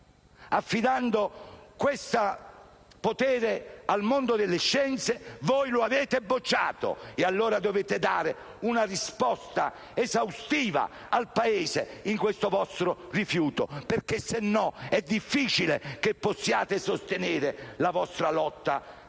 affidando questo potere al mondo delle scienze, voi lo avete bocciato. Allora dovete dare una risposta esaustiva al Paese sul vostro rifiuto, altrimenti è difficile che possiate sostenere la vostra lotta alla